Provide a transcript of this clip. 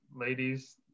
ladies